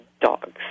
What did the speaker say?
dogs